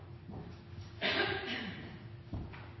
Ja takk!